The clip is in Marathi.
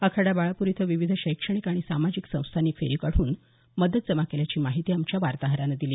आखाडा बाळापूर इथं विविध शैक्षणिक आणि सामाजिक संस्थांनी फेरी काढून मदत जमा केल्याची माहिती आमच्या वार्ताहरानं दिली